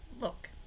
Look